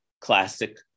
classic